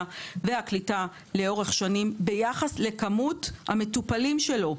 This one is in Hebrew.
והקליטה לאורך שנים ביחס לכמות המטופלים שלו.